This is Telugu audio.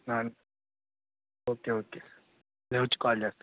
సార్ ఓకే ఓకే నేను వచ్చి కాల్ చేస్తాను